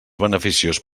beneficiós